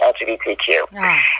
LGBTQ